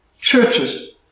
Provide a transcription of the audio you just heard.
Churches